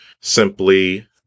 simply